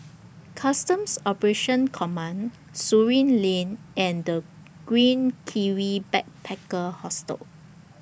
Customs Operations Command Surin Lane and The Green Kiwi Backpacker Hostel